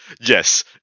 Yes